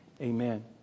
Amen